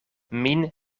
min